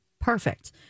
Perfect